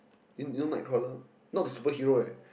you you know Nightcrawler not the super hero eh